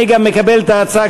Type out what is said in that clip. אני גם מקבל את ההצעה,